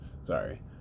sorry